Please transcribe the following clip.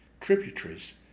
tributaries